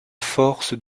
force